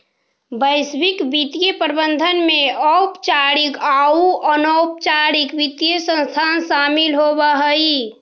वैश्विक वित्तीय प्रबंधन में औपचारिक आउ अनौपचारिक वित्तीय संस्थान शामिल होवऽ हई